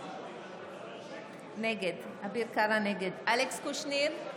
נגד אלכס קושניר,